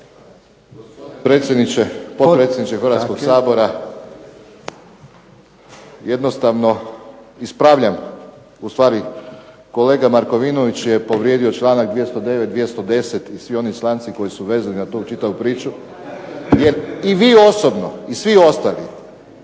Potpredsjedniče Hrvatskog sabora jednostavno ispravljam ustvari, kolega Markovinović je povrijedio članak 209. i 210. i svi oni članci koji su vezani za čitavu tu priču. I vi osobno i svi ostali